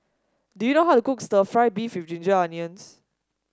do you know how to cook stir fry beef with Ginger Onions